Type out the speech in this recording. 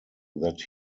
that